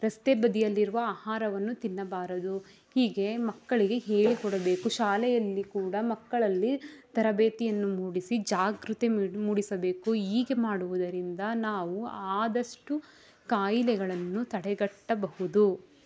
ರಸ್ತೆ ಬದಿಯಲ್ಲಿರುವ ಆಹಾರವನ್ನು ತಿನ್ನಬಾರದು ಹೀಗೆ ಮಕ್ಕಳಿಗೆ ಹೇಳಿಕೊಡಬೇಕು ಶಾಲೆಯಲ್ಲಿ ಕೂಡ ಮಕ್ಕಳಲ್ಲಿ ತರಬೇತಿಯನ್ನು ಮೂಡಿಸಿ ಜಾಗೃತಿ ಮೂಡಿಸಬೇಕು ಹೀಗೆ ಮಾಡುವುದರಿಂದ ನಾವು ಆದಷ್ಟು ಖಾಯಿಲೆಗಳನ್ನು ತಡೆಗಟ್ಟಬಹುದು